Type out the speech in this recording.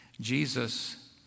Jesus